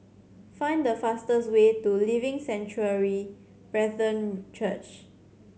find the fastest way to Living Sanctuary Brethren Church